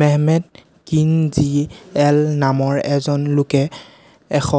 Mehmet কিন জি এল নামৰ এজন লোকে এশ